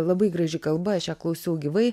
labai graži kalba aš ją klausiau gyvai